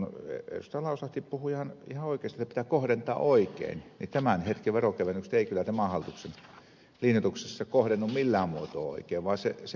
lauslahti puhui ihan oikeasti että ne pitää kohdentaa oikein niin tämän hetken veronkevennykset eivät kyllä tämän hallituksen linjoituksessa kohdennu millään muotoa oikein vaan ne kohdentuvat just niihin rikkaimpiin